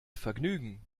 vergnügen